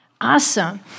Awesome